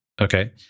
Okay